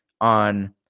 on